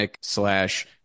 slash